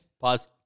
Pause